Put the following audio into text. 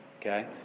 okay